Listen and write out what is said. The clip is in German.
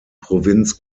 provinz